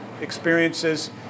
experiences